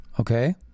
Okay